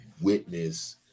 witness